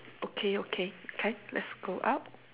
okay okay can let's go out